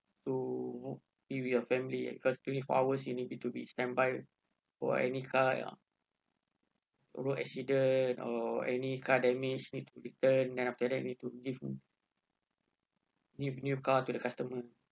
to you your family because twenty four hours you need it to be standby for any car ya any accident or any car damage need to declare and then after that need to give new new car to the customer